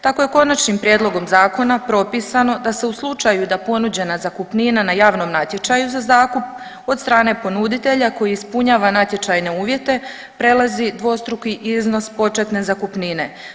Tako je Konačnim prijedlogom zakona propisano da se u slučaju da ponuđena zakupnina na javnom natječaju za zakup od strane ponuditelja koji ispunjava natječajne uvjete prelazi dvostruki iznos početne zakupnine.